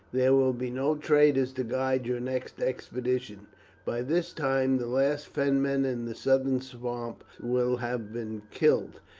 there will be no traitors to guide your next expedition by this time the last fenman in the southern swamps will have been killed.